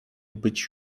być